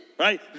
Right